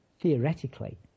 Theoretically